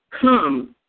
Come